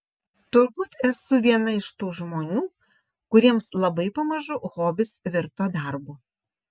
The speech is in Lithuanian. turbūt esu viena iš tų žmonių kuriems labai pamažu hobis virto darbu